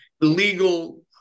legal